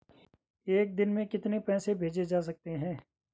एक दिन में कितने पैसे भेजे जा सकते हैं?